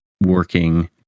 working